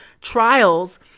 trials